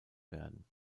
werden